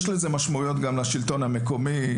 יש לזה משמעויות גם לשלטון המקומי,